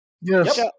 Yes